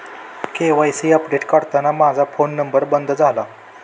KYC update करताना माझा phone बंद झाला